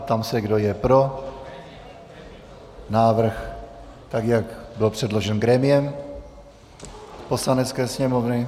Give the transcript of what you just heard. Ptám se, kdo je pro návrh, tak jak byl předložen grémiem Poslanecké sněmovny.